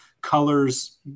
colors